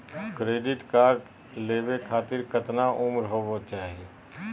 Credit card लेवे खातीर कतना उम्र होवे चाही?